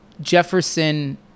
Jefferson